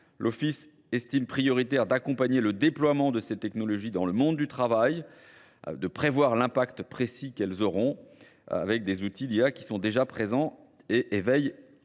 l'Office estime prioritaire d'accompagner le déploiement de ces technologies dans le monde du travail, de prévoir l'impact précis qu'elles auront avec des outils d'IA qui sont déjà présents et veillent